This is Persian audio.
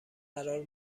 قرار